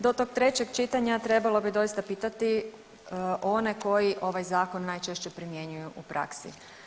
Do tog trećeg čitanja trebalo bi doista pitati one koji ovaj zakon najčešće primjenjuju u praksi.